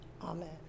Amen